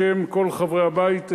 בשם כל חברי הבית,